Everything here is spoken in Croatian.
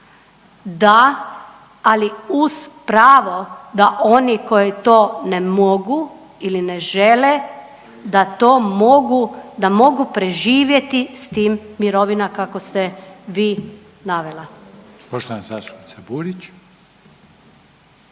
da, ali uz pravo da oni koji to ne mogu ili ne žele da to mogu, da mogu preživjeti s tim mirovinama kako ste vi navela. **Reiner,